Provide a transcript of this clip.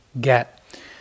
get